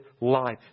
life